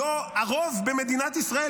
הרוב במדינת ישראל,